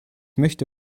möchte